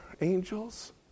angels